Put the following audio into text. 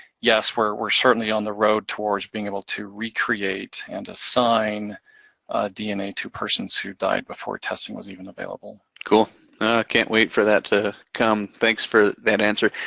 yes, we're we're certainly on the road towards being able to recreate and assign dna to persons who died before testing was even available. cool, i can't wait for that to come. thanks for that answer.